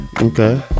Okay